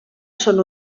són